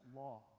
law